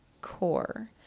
core